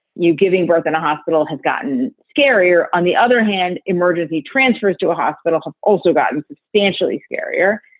you're giving birth, going to hospital has gotten scarier. on the other hand, emergency transfers to a hospital also gotten substantially scarier.